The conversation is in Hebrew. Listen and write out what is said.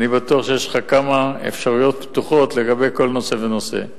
אני בטוח שיש לך כמה אפשרויות פתוחות לגבי כל נושא ונושא.